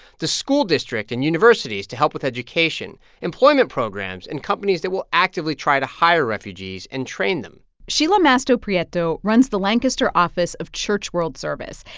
the school district and universities to help with education, employment programs and companies that will actively try to hire refugees and train them sheila mastropietro runs the lancaster office of church world service.